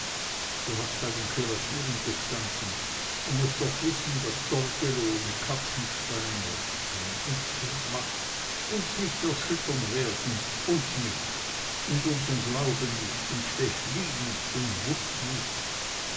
du hast bei den kürassieren gestanden und mußt doch wissen daß torgelow und katzenstein was keinen unterschied macht uns nicht erschüttern werden uns nicht und unsern glauben nicht und stechlin nicht und wutz nicht